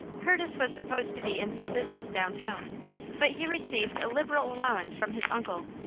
curtis was supposed to be in some business downtown but he received a liberal allowance from his uncle,